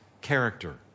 character